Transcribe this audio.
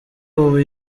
ubu